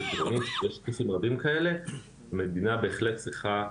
המדינה בהחלט צריכה,